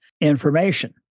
information